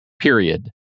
period